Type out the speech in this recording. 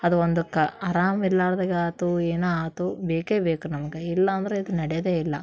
ಅದು ಒಂದಕ್ಕೆ ಆರಾಮ ಇಲ್ಲಾರ್ದಾಗಾತು ಏನು ಆಯ್ತು ಬೇಕೆ ಬೇಕು ನಮ್ಗೆ ಇಲಾಂದ್ರೆ ಇದು ನಡ್ಯೋದೆ ಇಲ್ಲ